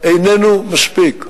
איננו מספיק.